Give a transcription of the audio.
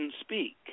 speak